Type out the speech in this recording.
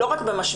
לא רק במשבר,